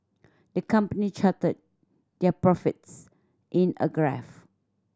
the company charted their profits in a graph